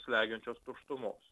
slegiančios tuštumos